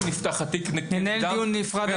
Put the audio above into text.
נפתח התיק -- ננהל דיון נפרד על זה.